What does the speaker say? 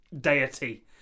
deity